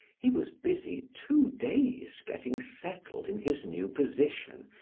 he was busy two days getting settled in his new position,